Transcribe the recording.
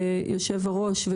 היושב-ראש,